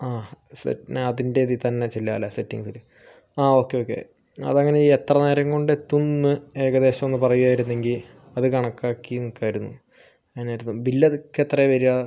അ അതിൻ്റെ ഇതിൽ തന്നെ എല്ലാം സെറ്റെയ്ത് ഓക്കേ ഓക്കേ അത് എങ്ങനെ എത്ര നേരം കൊണ്ട് എത്തൂന്ന് ഏകദേശം ഒന്ന് പറയുമായിരുന്നെങ്കിൽ അതു കണക്കാക്കി നിക്കായിരുന്നു അങ്ങനെ ബില്ല് അതൊക്കെ എത്രയാണ് വരിക